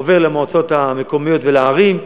עובר למועצות המקומיות ולערים,